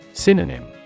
Synonym